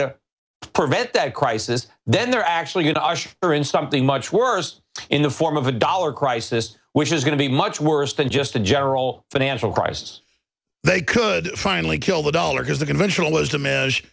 to prevent that crisis then they're actually going to usher in something much worse in the form of a dollar crisis which is going to be much worse than just a general financial crisis they could finally kill the dollar because the conventional wisdom is